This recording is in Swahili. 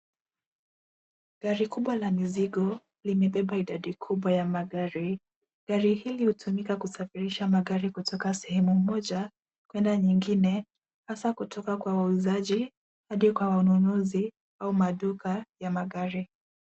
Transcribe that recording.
Gari kubwa la mizigo, limebeba idadi kubwa ya magari, gari hili hutumika kusafirisha magari kutoka sehemu moja, kwenda nyingine, hasa kutoka kwa wauzaji, hadi kwa wanunuzi au maduka, ya magari.